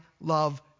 love